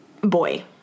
boy